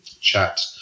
chat